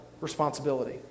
responsibility